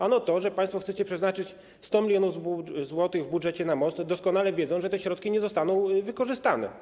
Ano to, że państwo chcecie przeznaczyć 100 mln zł w budżecie na most, doskonale wiedząc, że te środki nie zostaną wykorzystane.